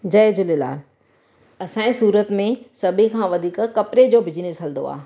जय झूलेलाल असांजे सूरत में सभिनी खां वधीक कपिड़े जो बिजनेस हलंदो आहे